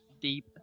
deep